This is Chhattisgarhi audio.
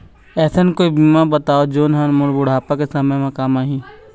ऐसे कोई बीमा बताव जोन हर मोला बुढ़ापा के समय काम आही?